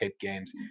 games